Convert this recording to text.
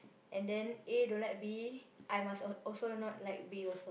and then A don't like B I must al~ also not like B also